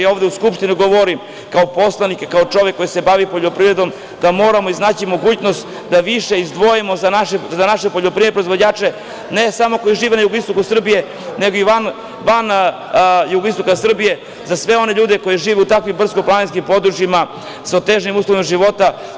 Ja ovde u Skupštini govorim kao poslanik, kao čovek koji se bavi poljoprivredom, da moramo iznaći mogućnost da više izdvojimo za naše poljoprivredne proizvođače ne samo koji žive na jugoistoku Srbije, nego i van jugoistoka Srbije, za sve one ljude koji žive u takvim brdsko-planinskim područjima sa otežanim uslovima života.